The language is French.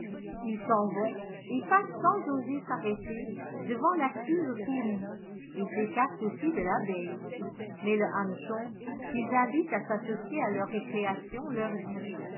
ils s'en vont et passent sans oser s'arrêter devant l'active fourmi et s'écartent aussi de l'abeille mais le hanneton qu'ils invitent à s'associer à leur récréation leur dit